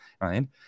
right